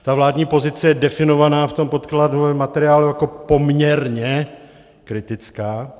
Ta vládní pozice je definovaná v tom podkladu, v materiálu, jako poměrně kritická.